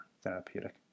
therapeutic